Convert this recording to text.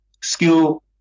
skill